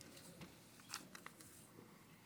-- לעשר דקות.